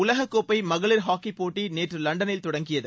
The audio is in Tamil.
உலக கோப்பை மகளிர் ஹாக்கிப் போட்டி நேற்று லண்டனில் தொடங்கியது